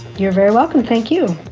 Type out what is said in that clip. you're very welcome. thank you